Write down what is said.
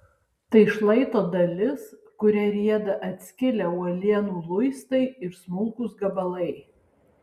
tai šlaito dalis kuria rieda atskilę uolienų luistai ir smulkūs gabalai